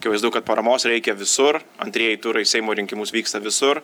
akivaizdu kad paramos reikia visur antrieji turai į seimo rinkimus vyksta visur